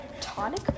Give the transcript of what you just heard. tonic